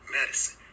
medicine